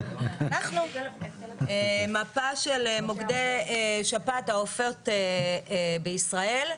מפה של מוקדי שפעת העופות בישראל.